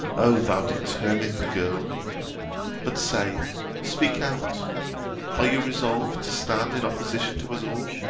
o thou determined girl but say speak out are you resolved to stand in opposition to us all,